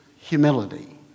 humility